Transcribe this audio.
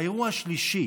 האירוע השלישי